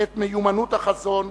את מיומנות החזון,